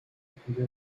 répondez